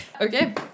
Okay